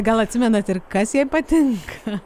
gal atsimenat ir kas jai patinka